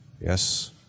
Yes